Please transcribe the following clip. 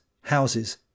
houses